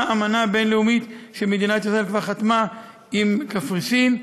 אמנה בין-לאומית שמדינת ישראל כבר חתמה עם קפריסין.